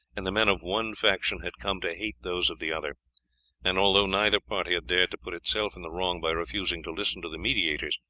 and the men of one faction had come to hate those of the other and although neither party had dared to put itself in the wrong by refusing to listen to the mediators,